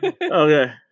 Okay